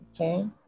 Okay